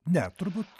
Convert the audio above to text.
ne turbūt